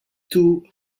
two